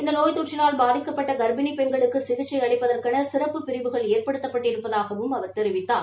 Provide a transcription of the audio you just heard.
இந்த நோய் தொற்றினால் பாதிக்கப்பட்ட காப்பிணி பெண்களுக்கு சிகிச்சை அளிப்பதற்கென சிறப்பு பிரிவுகள் ஏற்படுத்தப்பட்டிருப்பதாகவும் அவர் தெரிவித்தார்